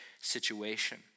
situation